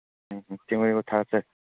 ꯑꯣ ꯑꯣ ꯊꯥꯒꯠꯆꯔꯤ